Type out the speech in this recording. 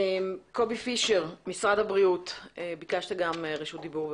קובי פישר, משרד הבריאות, ביקשת גם רשות דיבור.